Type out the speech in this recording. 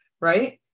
right